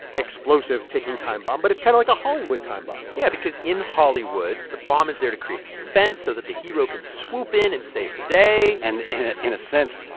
explosive, ticking time bomb. but it's kind of like a hollywood time bomb yeah, because in hollywood, the bomb is there to create suspense so that the hero can swoop in and save the day and in ah in a sense,